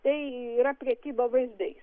tai yra prekyba vaizdais